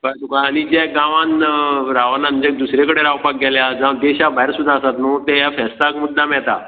कळें तुका आनी जे गांवान रावाना जे दुसरे कडेन रावपाक गेल्या जावं देशा भायर सुद्दा आसात न्हू ते ह्या फेस्ताक मुद्दाम येता